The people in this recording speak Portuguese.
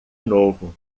novo